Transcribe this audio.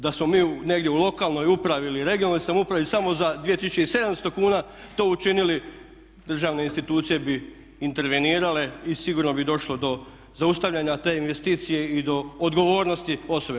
Da smo mi negdje u lokalnoj upravi ili regionalnoj samoupravi samo za 2700 kuna to učinili državne institucije bi intervenirale i sigurno bi došlo do zaustavljanja te investicije i do odgovornosti osobe.